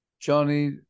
Johnny